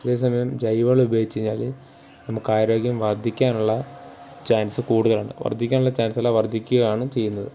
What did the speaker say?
അതേസമയം ജൈവവളം ഉപയോഗിച്ചു കഴിഞ്ഞാൽ നമുക്ക് ആരോഗ്യം വർദ്ധിക്കാനുള്ള ചാൻസ് കൂടുതലാണ് വർദ്ധിക്കാനുള്ള ചാൻസല്ല വർദ്ധിക്കുകയാണ് ചെയ്യുന്നത്